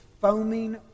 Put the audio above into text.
foaming